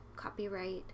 Copyright